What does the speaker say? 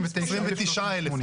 יותר.